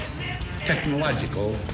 technological